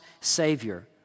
Savior